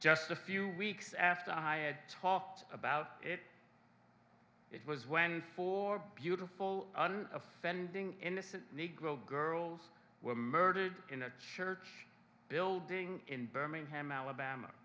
just a few weeks after i had talked about it it was when four beautiful offending innocent negro girls were murdered in a church building in birmingham alabama